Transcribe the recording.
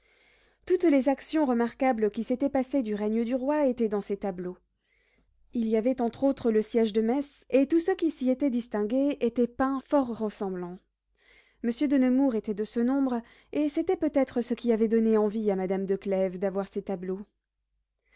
toutes les actions remarquables qui s'étaient passées du règne du roi étaient dans ces tableaux il y avait entre autres le siège de metz et tous ceux qui s'y étaient distingués étaient peints fort ressemblants monsieur de nemours était de ce nombre et c'était peut-être ce qui avait donné envie à madame de clèves d'avoir ces tableaux